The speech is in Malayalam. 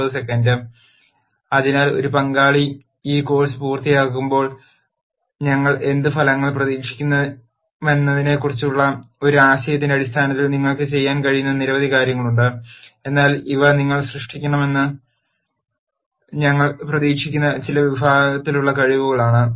അതിനാൽ ഒരു പങ്കാളി ഈ കോഴ്സ് പൂർത്തിയാകുമ്പോൾ ഞങ്ങൾ എന്ത് ഫലങ്ങൾ പ്രതീക്ഷിക്കുമെന്നതിനെക്കുറിച്ചുള്ള ഒരു ആശയത്തിന്റെ അടിസ്ഥാനത്തിൽ നിങ്ങൾക്ക് ചെയ്യാൻ കഴിയുന്ന നിരവധി കാര്യങ്ങളുണ്ട് എന്നാൽ ഇവ നിങ്ങൾ സൃഷ്ടിക്കുമെന്ന് ഞങ്ങൾ പ്രതീക്ഷിക്കുന്ന ചില വിഭാഗത്തിലുള്ള കഴിവുകളാണ്